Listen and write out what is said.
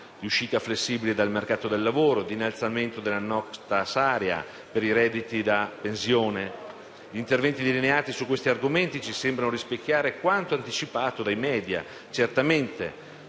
di uscita flessibile dal mercato del lavoro e di innalzamento della *no tax area* per i redditi da pensione. Gli interventi delineati su questi argomenti ci sembrano rispecchiare quanto anticipato dai *media*. Certamente